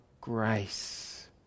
grace